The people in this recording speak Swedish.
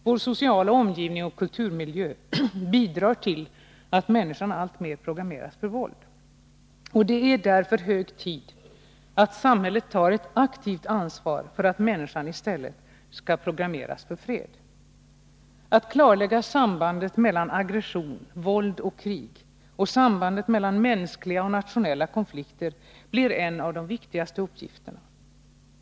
Vår sociala omgivning och kulturmiljö bidrar till att människan alltmer programmeras för våld. Det är därför hög tid att samhället tar ett aktivt ansvar för att människan i stället skall ”programmeras för fred”. Att klarlägga sambandet mellan aggression, våld och krig och sambandet mellan mänskliga och nationella konflikter blir en av de viktigaste uppgifterna.